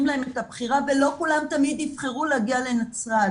להם את הבחירה ולא כולם תמיד יבחרו להגיע לנצרת.